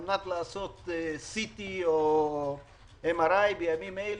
על מנת לעשות CT או MRI בימים אלה,